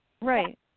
Right